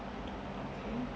okay